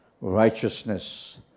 righteousness